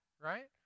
right